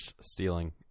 stealing